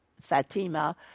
Fatima